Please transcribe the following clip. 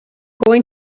going